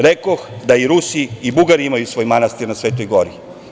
Rekoh da i Rusi i Bugari imaju svoj manastir na Svetoj gori.